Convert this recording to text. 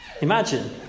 Imagine